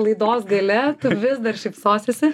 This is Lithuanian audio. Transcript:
laidos gale vis dar šypsosiesi